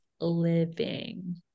living